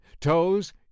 Toes